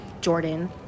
jordan